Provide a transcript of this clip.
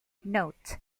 note